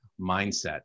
mindset